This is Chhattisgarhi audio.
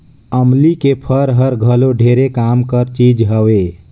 अमली के फर हर घलो ढेरे काम कर चीज हवे